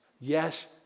Yes